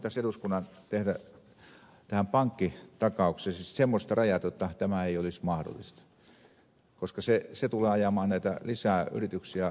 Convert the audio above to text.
minusta tähän pankkitakaukseen pitäisi eduskunnan tehdä semmoiset rajat jotta tämä ei olisi mahdollista koska se tulee ajamaan lisää näitä yrityksiä alas